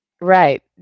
right